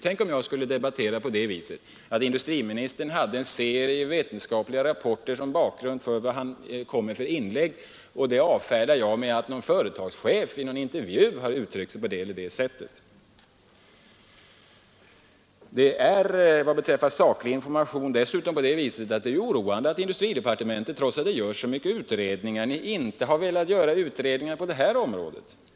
Tänk om industriministern hade åberopat en serie vetenskapliga rapporter som bakgrund för sina inlägg och jag då debatterade på det sättet att jag avfärdade det hela med att en företagschef i en intervju hade uttryckt sig på det eller det sättet! Beträffande den sakliga informationen är det också oroande att man i industridepartementet, där man gör så många utredningar, inte har velat utreda just de här sakerna.